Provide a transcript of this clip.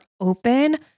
open